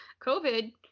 covid